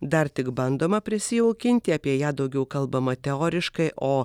dar tik bandoma prisijaukinti apie ją daugiau kalbama teoriškai o